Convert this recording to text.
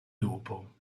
dopo